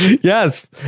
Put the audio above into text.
yes